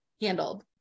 handled